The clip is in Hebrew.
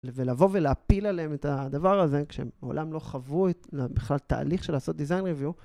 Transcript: ולבוא ולהפיל עליהם את הדבר הזה, כשהם מעולם לא חברו את בכלל תהליך של לעשות דיזיין ריוויור.